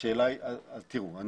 תראו,